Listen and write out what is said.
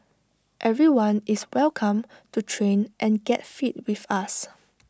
everyone is welcome to train and get fit with us